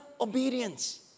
Obedience